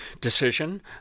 decision